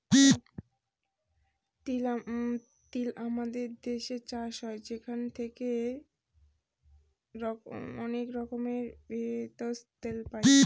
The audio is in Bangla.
তিল আমাদের দেশে চাষ হয় সেখান থেকে অনেক রকমের ভেষজ, তেল পাই